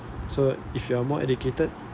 so if you are more educated